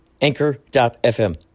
Anchor.fm